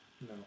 No